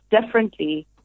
differently